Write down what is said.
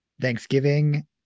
Thanksgiving